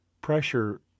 pressure